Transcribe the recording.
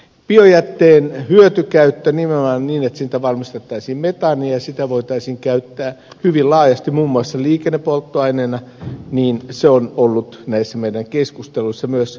biojätteen hyötykäyttö nimenomaan niin että siitä valmistettaisiin metaania ja sitä voitaisiin käyttää hyvin laajasti muun muassa liikennepolttoaineena on ollut näissä meidän keskusteluissamme myös mukana